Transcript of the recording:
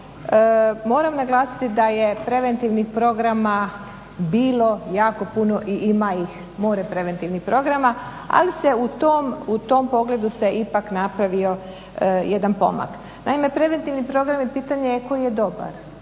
Moram naglasiti da je preventivnih programa bilo jako puno i ima ih mora preventivnih programa, ali se u tom pogledu ipak napravio jedan pomak. Naime, preventivni programi pitanje je koji je dobar,